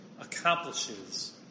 accomplishes